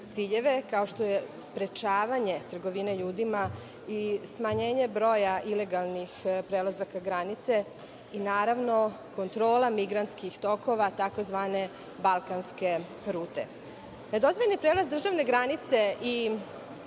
kao što je sprečavanje trgovine ljudima i smanjenje broja ilegalnih prelazaka granice, i, naravno, kontrola migrantskih tokova tzv, balkanske rute. Nedozvoljeni prelaz državne granice i